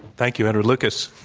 thank you, edward lucas.